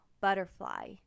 butterfly